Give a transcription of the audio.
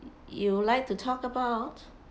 you would like to talk about